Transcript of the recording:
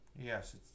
Yes